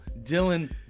Dylan